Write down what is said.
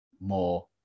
more